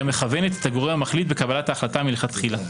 אלא היא גם מכוונת את הגורם המחליט בקבלת ההחלטה מלכתחילה.